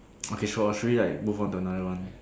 okay so ah should we like move on to another one